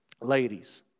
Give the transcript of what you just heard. Ladies